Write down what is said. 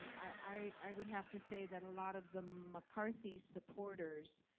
um i would have to say that a lot of the mccarthy supporters,